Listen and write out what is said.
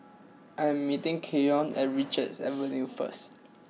I am meeting Keyon at Richards Avenue first